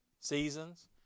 Seasons